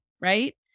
right